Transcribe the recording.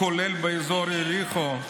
כולל באזור יריחו,